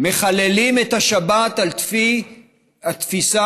מחללים את השבת על פי התפיסה,